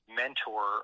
mentor